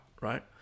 right